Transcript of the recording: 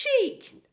cheek